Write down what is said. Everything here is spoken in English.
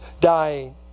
dying